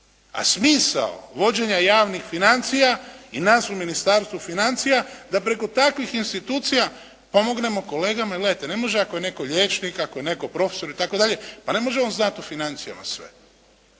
A smisao vođenja javnih financija i nas u Ministarstvu financija da preko takvih institucija pomognemo kolegama, jer gledajte ne može ako je netko liječnik, ako je netko profesor itd. pa ne može on znati o financijama sve.